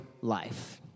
life